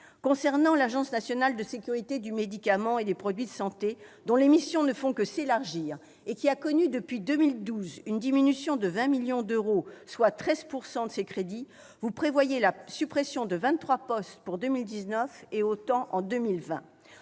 Pour l'Agence nationale de sécurité du médicament et des produits de santé, l'ANSM, dont les missions ne font que s'élargir et qui a connu une diminution de 20 millions d'euros de son budget depuis 2012, soit 13 %, de ses crédits, vous prévoyez la suppression de 23 postes pour 2019 et autant en 2020.